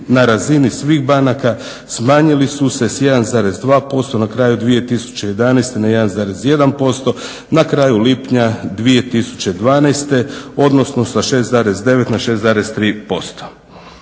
na razini svih banaka smanjili su se s 1,2% na kraju 2011. na 1,1%, na kraju lipnja 2012. odnosno sa 6,9% na 6,3%.